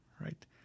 right